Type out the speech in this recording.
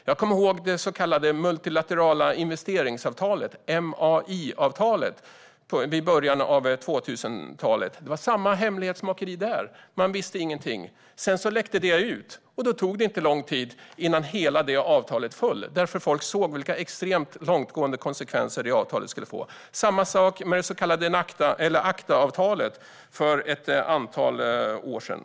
Jag kommer ihåg det så kallade multilaterala investeringsavtalet, MAI-avtalet, i början av 2000-talet. Det var samma hemlighetsmakeri där; man visste ingenting. Sedan läckte det ut, och det tog inte lång tid innan hela avtalet föll eftersom folk såg vilka extremt långtgående konsekvenser det skulle få. Det var samma sak med det så kallade ACTA-avtalet för ett antal år sedan.